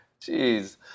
Jeez